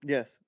Yes